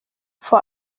vor